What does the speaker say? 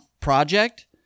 project